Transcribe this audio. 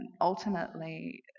ultimately